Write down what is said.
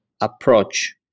approach